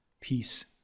peace